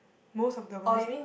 most of the